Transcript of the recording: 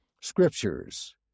Scriptures